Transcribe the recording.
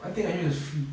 one thing I wish is free